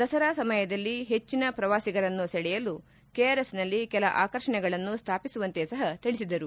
ದಸರಾ ಸಮಯದಲ್ಲಿ ಹೆಚ್ಚಿನ ಪ್ರವಾಸಿಗರನ್ನು ಸೆಳೆಯಲು ಕೆಆರ್ಎಸ್ನಲ್ಲಿ ಕೆಲ ಆಕರ್ಷಣೆಗಳನ್ನು ಸ್ಲಾಪಿಸುವಂತೆ ಸಹ ತಿಳಿಸಿದರು